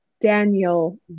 Daniel